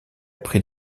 prit